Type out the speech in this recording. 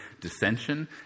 dissension